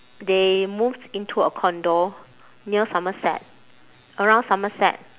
they moved into a condo near somerset around somerset